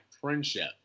friendship